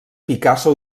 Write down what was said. picasso